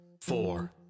four